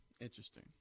Interesting